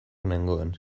nengoen